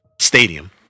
stadium